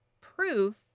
proof